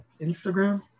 Instagram